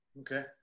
Okay